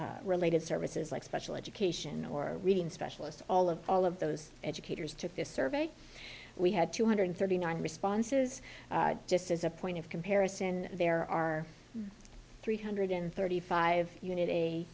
mike related services like special education or reading specialists all of all of those educators took this survey we had two hundred thirty nine responses just as a point of comparison there are three hundred thirty five unit